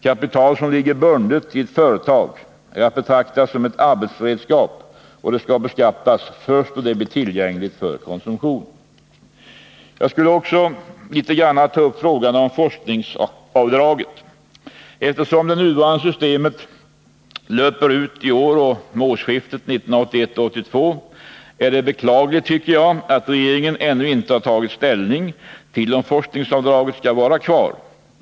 Kapital som ligger bundet i ett företag är att betrakta som ett arbetsredskap och skall beskattas först då det blir tillgängligt för konsumtion. Jag skulle också vilja ta upp frågan om forskningsavdraget. Eftersom det nuvarande systemet löper ut i och med årsskiftet 1981-1982 är det beklagligt att regeringen ännu inte har tagit ställning till om forskningsavdraget skall vara kvar.